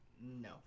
No